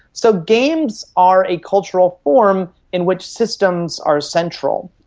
so games are a cultural form in which systems are central.